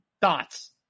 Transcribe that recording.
Thoughts